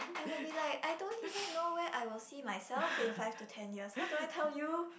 I will be like I don't even know where I was see myself in five to ten years how do I tell you